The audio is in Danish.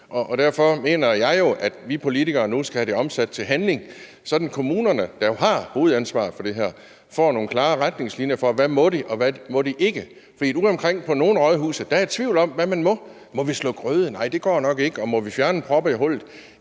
Derfor mener jeg jo, at vi politikere nu skal have det omsat til handling, så kommunerne, der jo har hovedansvaret for det her, får nogle klare retningslinjer for, hvad de må, og hvad de ikke må. For udeomkring på nogle rådhuse er der tvivl om, hvad man må. Må man slå grøde? Nej, det går nok ikke. Må man fjerne proppen i hullet?